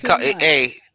hey